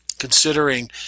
considering